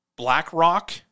BlackRock